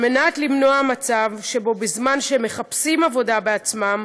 כדי למנוע מצב שבו בזמן שהם מחפשים עבודה בעצמם